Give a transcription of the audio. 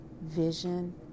vision